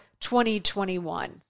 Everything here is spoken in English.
2021